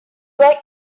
like